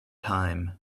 time